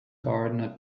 gardener